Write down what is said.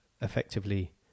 effectively